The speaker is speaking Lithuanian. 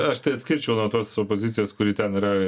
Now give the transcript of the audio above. aš tai atskirčiau nuo tos opozicijos kuri ten yra